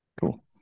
Cool